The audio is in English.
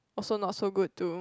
also not so good to